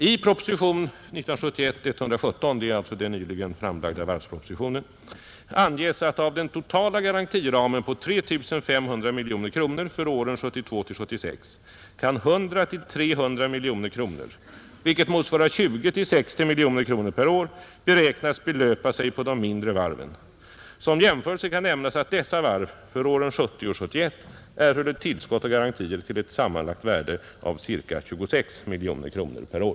I proposition 1971:117 — det är alltså den nyligen framlagda varvspropositionen — anges att av den totala garantiramen på 3 500 miljoner kronor för åren 1972-1976 kan 100-300 miljoner kronor, vilket motsvarar 20—60 miljoner kronor per år, beräknas belöpa sig på de mindre varven. Som jämförelse kan nämnas att dessa varv för åren 1970 och 1971 erhöll ett tillskott av garantier till ett sammanlagt värde av cirka 26 miljoner kronor per år.